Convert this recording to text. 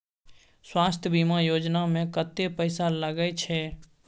स्वास्थ बीमा योजना में कत्ते पैसा लगय छै?